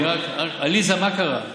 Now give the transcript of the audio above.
עליזה, מה קרה?